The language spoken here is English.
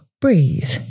breathe